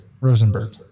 Rosenberg